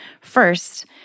First